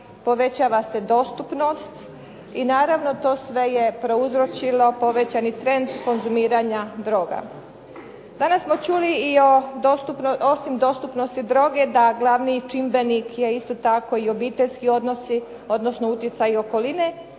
povećava se dostupnost. I naravno to je sve prouzročilo povećani trend konzumiranja droga. Danas smo čuli i o osim dostupnosti droge, da glavni čimbenik je isto tako i obiteljski odnosi, odnosno utjecaj okoline.